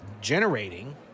generating